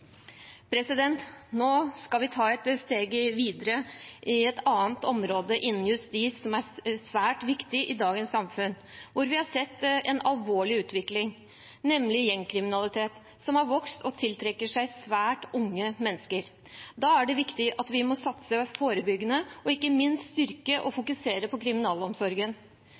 Nå skal vi ta et steg videre til et annet område innenfor justisfeltet som er svært viktig i dagens samfunn, og hvor vi har sett en alvorlig utvikling, nemlig gjengkriminaliteten, som har vokst, og som tiltrekker seg svært unge mennesker. Da er det viktig at vi satser forebyggende og ikke minst styrker og fokuserer på kriminalomsorgen.